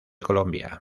colombia